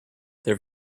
their